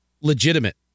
legitimate